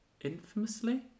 infamously